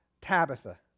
Tabitha